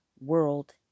world